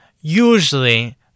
usually